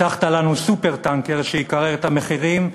הבטחת לנו סופר-טנקר שיקרר את המחירים,